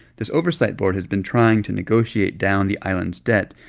this oversight board has been trying to negotiate down the island's debt,